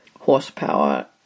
horsepower